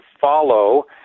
follow